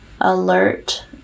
alert